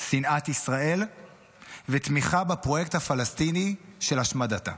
שנאת ישראל ותמיכה בפרויקט הפלסטיני של השמדתה.